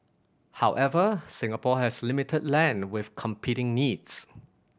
however Singapore has limited land with competing needs